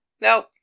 no